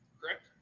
correct